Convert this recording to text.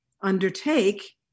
undertake